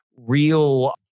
real